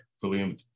fully